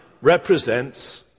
represents